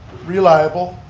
reliable,